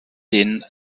den